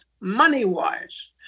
money-wise